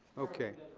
okay,